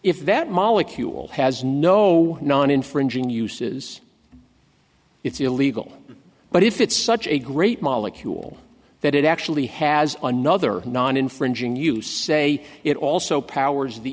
if that molecule has no non infringing uses it's illegal but if it's such a great molecule that it actually has another non infringing you say it also powers the